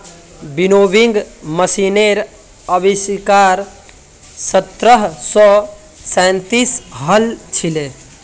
winnowing मशीनेर आविष्कार सत्रह सौ सैंतीसत हल छिले